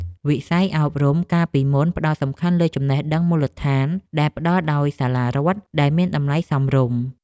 វិស័យអប់រំកាលពីមុនផ្ដោតសំខាន់លើចំណេះដឹងមូលដ្ឋានដែលផ្ដល់ដោយសាលារដ្ឋដែលមានតម្លៃសមរម្យ។